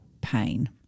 pain